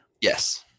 yes